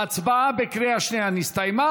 ההצבעה בקריאה שנייה נסתיימה.